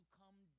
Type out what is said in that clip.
come